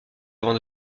avant